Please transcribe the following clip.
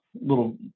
little